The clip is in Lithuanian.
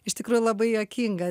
iš tikrųjų labai juokinga